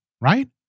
Right